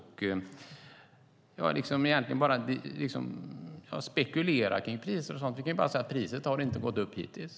Han spekulerar kring priser. Jag kan bara säga att priset inte har gått upp hittills.